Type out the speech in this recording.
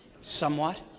Somewhat